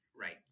right